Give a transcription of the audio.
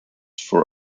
for